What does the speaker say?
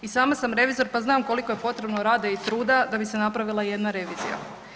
I sama sam revizor, pa znam koliko je potrebno rada i truda da bi se napravila jedna revizija.